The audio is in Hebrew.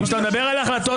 כשאתה מדבר על החלטות